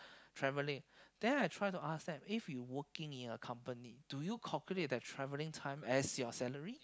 traveling then I try to ask them if you working in a company do you calculate the traveling time as your salary